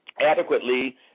adequately